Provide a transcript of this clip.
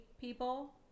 people